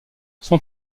son